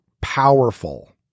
powerful